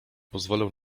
pozwolę